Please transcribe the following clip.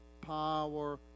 power